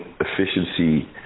efficiency